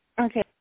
Okay